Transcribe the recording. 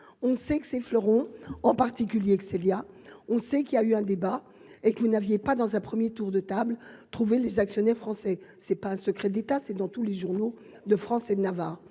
on sait que ces fleurons en particulier que Célia on sait qu'il a eu un débat et que vous n'aviez pas dans un 1er tour de table, trouver les actionnaires français, c'est pas un secret d'État, c'est dans tous les journaux de France et de Navarre,